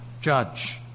judge